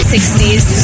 60s